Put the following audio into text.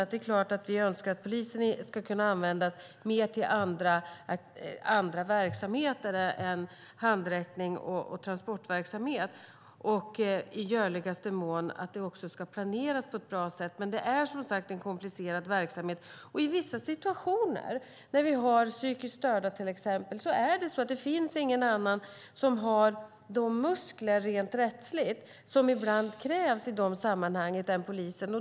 Vi önskar såklart att polisen mer ska kunna användas till andra verksamheter än handräckning och transportverksamhet och att det i görligaste mån ska planeras på ett bra sätt. Men det är en komplicerad verksamhet. I vissa situationer, till exempel när det handlar som psykiskt störda, finns det ingen annan som har de muskler rent rättsligt som ibland krävs i de sammanhangen än polisen.